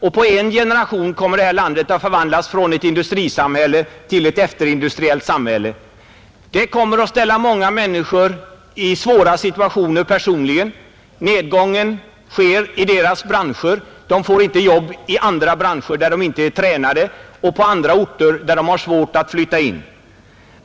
På en generation kommer vårt land att förvandlas från ett industrisamhälle till ett efterindustriellt samhälle, Det kommer att ställa många människor i svåra personliga situationer. Det sker genom att sysselsättningen går ned i deras branscher, De får inte jobb i andra branscher, där de inte är tränade, och på andra orter, där de har svårt att flytta in.